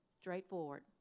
Straightforward